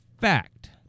fact